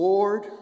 Lord